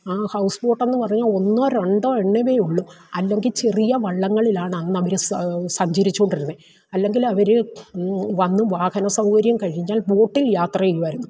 ആ ഹൗസ് ബോട്ടെന്നു പറഞ്ഞാൽ ഒന്നോ രണ്ടോ എണ്ണവേ ഉള്ളൂ അല്ലെങ്കിൽ ചെറിയ വള്ളങ്ങളിലാണ് അന്നവര് സഞ്ചരിച്ചുകൊണ്ടിരുന്നത് അല്ലെങ്കിൽ അവര് വന്ന് വാഹന സൗകര്യം കഴിഞ്ഞാൽ ബോട്ടിൽ യാത്ര ചെയ്യുവായിരുന്നു